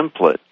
template